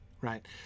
right